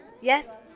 Yes